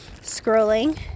scrolling